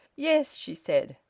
yes, she said,